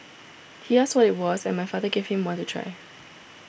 he asked what it was and my father gave him one to try